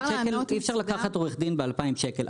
על 500 שקלים אי-אפשר לקחת עורך-דין ב-2,000 שקלים.